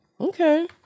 Okay